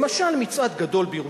למשל, מצעד גדול בירושלים.